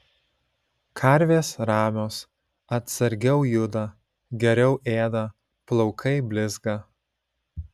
karvės ramios atsargiau juda geriau ėda plaukai blizga